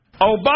Obama